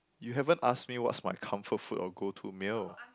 you haven't ask me what's my comfort food or go to meal